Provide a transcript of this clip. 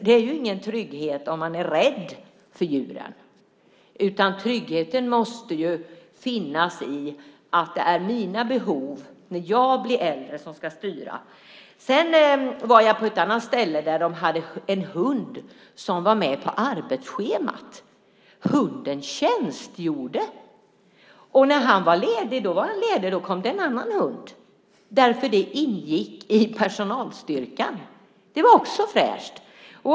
Det är ingen trygghet om man är rädd för djuren. Tryggheten måste ju finnas i att det när jag blir äldre är mina behov som ska styra. Jag var på ett annat ställe där de hade en hund som var med på arbetsschemat. Hunden tjänstgjorde. När han var ledig kom det en annan hund därför att de ingick i personalstyrkan. Det var också fräscht.